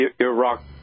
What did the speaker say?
Iraq